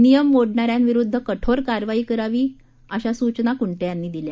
नियम मोडणाऱ्यांविरुद्ध कठोर कारवाई करा आशा सूचना कुंटे यानी दिल्या